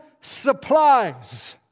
supplies